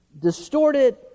distorted